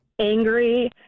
angry